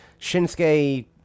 Shinsuke